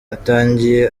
atangiye